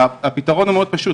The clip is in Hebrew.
הפתרון הוא מאוד פשוט,